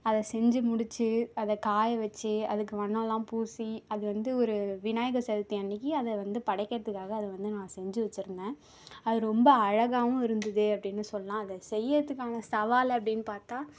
அதை செஞ்சு முடிச்சு அதை காய வெச்சு அதுக்கு வண்ணமெல்லாம் பூசி அது வந்து ஒரு விநாயகர் சதுர்த்தி அன்னிக்கு அதை வந்து படைக்கிறதுக்காக அதை வந்து நான் செஞ்சு வெச்சுருந்தேன் அது ரொம்ப அழகாகவும் இருந்தது அப்படின்னு சொல்லலாம் அதை செய்கிறதுக்கான சவால் அப்படின் பார்த்தா